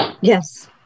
Yes